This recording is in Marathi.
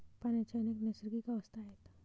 पाण्याच्या अनेक नैसर्गिक अवस्था आहेत